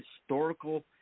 historical